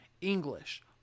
english